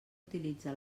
utilitza